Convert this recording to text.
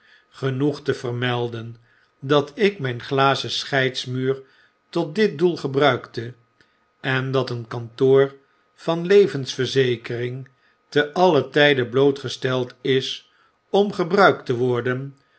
genoeg te vermelden dat ik mijn glazen scheidsmuurtot dit doel gebruikte en dat een kantoor van levensverzekering te alien tijde blootgesteld is om gebruikt te worden